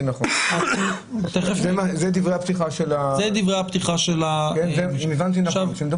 גם.